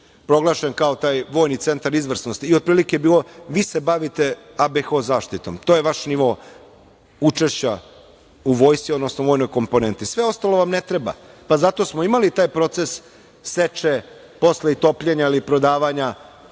proglašen kao taj vojni centar izvrsnosti i otprilike je bilo – vi se bavite ABHO zaštitom, to je vaš nivo učešća u vojsci, odnosno u vojnoj komponenti, sve ostalo vam ne treba. Zato smo imali taj proces seče posle i topljenja i prodavanja